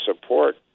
support